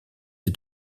est